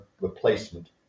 replacement